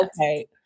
Okay